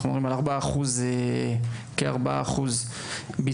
אנחנו אומרים על כ- 4% ביצוע,